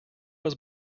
was